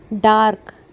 Dark